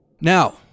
Now